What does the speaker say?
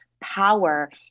power